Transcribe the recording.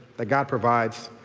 that god provides.